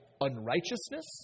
unrighteousness